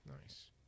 nice